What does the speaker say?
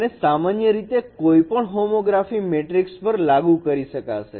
અને સામાન્ય રીતે કોઈપણ હોમોગ્રાફી મેટ્રિક્સ પર લાગુ કરી શકાશે